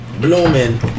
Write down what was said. blooming